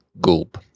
Gulp